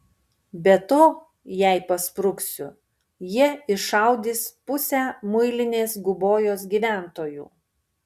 be to jei paspruksiu jie iššaudys pusę muilinės gubojos gyventojų